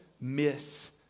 miss